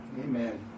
Amen